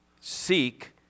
seek